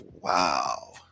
Wow